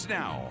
now